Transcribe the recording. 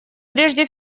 прежде